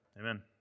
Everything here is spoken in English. Amen